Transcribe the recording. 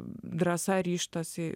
drąsa ryžtas į